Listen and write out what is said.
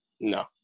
No